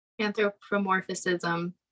Anthropomorphism